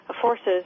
forces